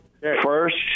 First